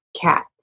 cat